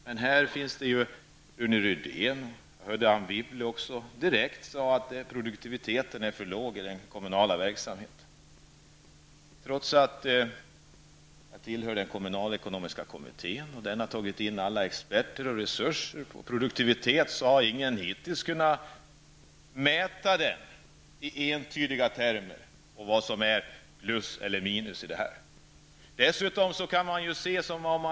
Men här har vi lyssnat till Rune Rydén och Anne Wibble, som direkt sade att produktiviteten är för låg inom den kommunala verksamheten. Själv sitter jag med i den kommunalekonomiska kommittén, som har kallat in allehanda experter och utnyttjat allehanda resurser vad gäller produktivitet. Men ingen har hittills kunnat presentera entydiga mätningar i fråga om produktiviteten. Ingen har kunnat säga vad som är plus eller minus i det sammanhanget.